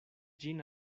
ĝin